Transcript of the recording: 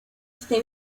este